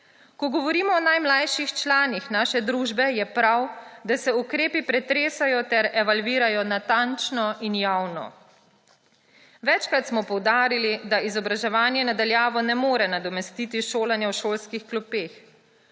Ko govorimo o najmlajših članih naše družbe, je prav, da se ukrepi pretresajo ter evalvirajo natančno in javno. Večkrat smo poudarili, da izobraževanje na daljavo ne more nadomestiti šolanja v šolskih klopeh.